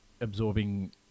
absorbing